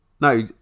No